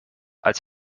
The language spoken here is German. als